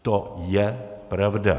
To je pravda.